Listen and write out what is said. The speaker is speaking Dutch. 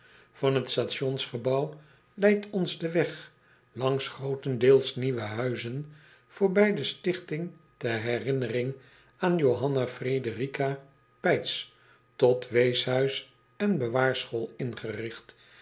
an t stationsgebouw leidt ons de weg langs grootendeels nieuwe huizen voorbij de stichting ter herinnering aan ohanna rederika eitsch tot weeshuis en bewaarschool ingerigt